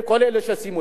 כל אלה שסיימו.